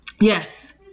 yes